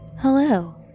Hello